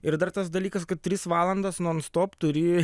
ir dar tas dalykas kad tris valandas non stop turi